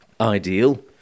Ideal